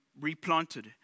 replanted